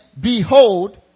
behold